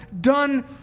done